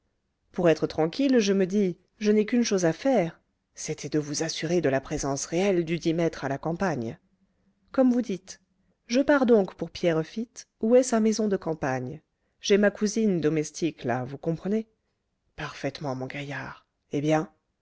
pour être tranquille je me dis je n'ai qu'une chose à faire c'était de vous assurer de la présence réelle dudit maître à la campagne comme vous dites je pars donc pour pierrefitte où est sa maison de campagne j'ai ma cousine domestique là vous comprenez parfaitement mon gaillard eh bien